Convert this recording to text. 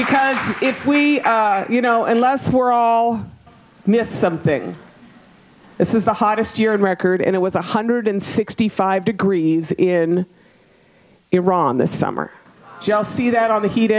because if we you know unless we're all missed something this is the hottest year on record and it was one hundred sixty five degrees in iran this summer just see that all the heat